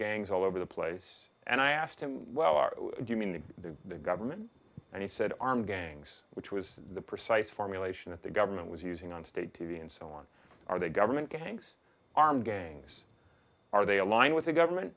gangs all over the place and i asked him well are you meaning the government and he said armed gangs which was the precise formulation that the government was using on state t v and so on are they government gangs armed gangs are they align with the government